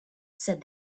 said